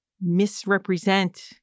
misrepresent